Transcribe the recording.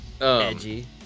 edgy